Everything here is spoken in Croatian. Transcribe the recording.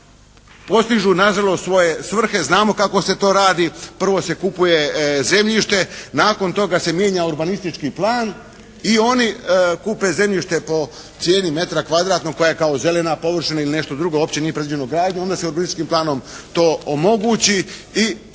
postižu nažalost svoje svrhe. Znamo kako se to radi. Prvo se kupuje zemljište. Nakon toga se mijenja urbanistički plan i oni kupe zemljište po cijeni metra kvadratnog koja je kao zelena površina ili nešto drugo, uopće nije predviđeno gradnju. Onda se urbanističkim planom to omogući i